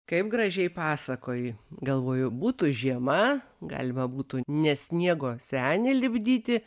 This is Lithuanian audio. kaip gražiai pasakoji galvoju būtų žiema galima būtų ne sniego senį lipdyti